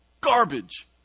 Garbage